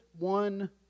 One